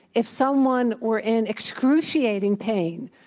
if someone were in excruciating pain,